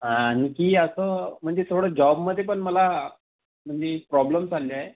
आणखी असं म्हणजे थोडं जॉबमध्ये पण मला म्हणजे प्रॉब्लेम चालले आहे